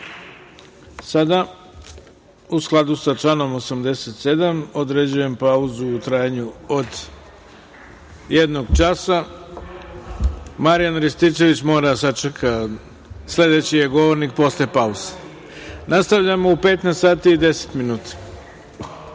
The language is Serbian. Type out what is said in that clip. u skladu sa članom 87. određujem pauzu u trajanju od jednog časa. Marijan Rističević mora da sačeka, sledeći je govornik posle pauze. Nastavljamo u 15,10